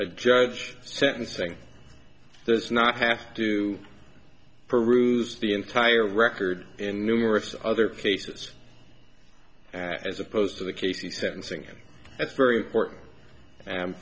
a judge sentencing there's not have to peruse the entire record in numerous other cases as opposed to the case the sentencing that's very important